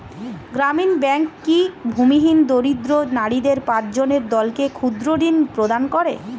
গ্রামীণ ব্যাংক কি ভূমিহীন দরিদ্র নারীদের পাঁচজনের দলকে ক্ষুদ্রঋণ প্রদান করে?